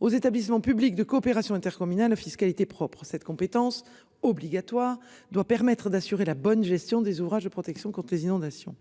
aux établissements publics de coopération intercommunale à fiscalité propre à cette compétence obligatoire doit permettre d'assurer la bonne gestion des ouvrages de protection contre les inondations.